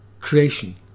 Creation